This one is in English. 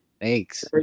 Thanks